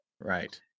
Right